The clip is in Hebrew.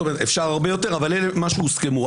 אפשר הרבה יותר, אבל זה מה שהוסכם.